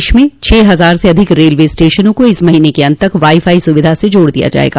देश में छह हजार से अधिक रेलवे स्टेशनों को इस महीने के अन्त तक वाई फाई सुविधा से जोड़ दिया जायेगा